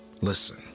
Listen